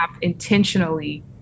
intentionally